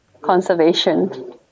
conservation